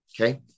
Okay